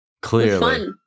Clearly